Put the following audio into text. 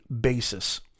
basis